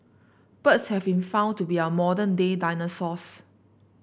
birds have been found to be our modern day dinosaurs